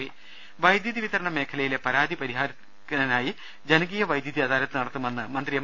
രദേവ്ട്ട്ട്ട്ട്ട്ട വൈദ്യുതി വിതരണ മേഖലയിലെ പരാതി പരിഹാരത്തിനായി ജനകീയ വൈദ്യുതി അദാലത്ത് നടത്തുമെന്ന് മന്ത്രി എം